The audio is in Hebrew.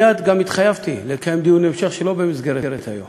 מייד גם התחייבתי לקיים דיון המשך שלא במסגרת היום,